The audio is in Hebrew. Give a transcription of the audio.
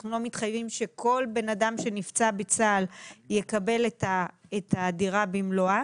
אנחנו לא מתחייבים שכל בן אדם שנפצע בצה"ל יקבל את הדירה במלואה